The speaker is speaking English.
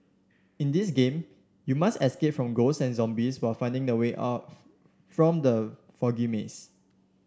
in this game you must escape from ghosts and zombies while finding the way out from the foggy maze